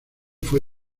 fue